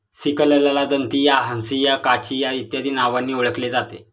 सिकलला दंतिया, हंसिया, काचिया इत्यादी नावांनी ओळखले जाते